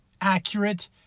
accurate